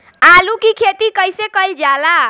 आलू की खेती कइसे कइल जाला?